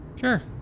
Sure